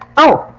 oh,